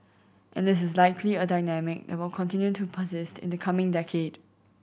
and this is likely a dynamic that will continue to persist in the coming decade